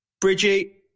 Bridgie